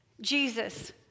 Jesus